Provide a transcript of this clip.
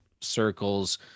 circles